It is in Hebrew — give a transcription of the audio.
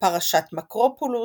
"פרשת מאקרופולוס",